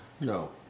No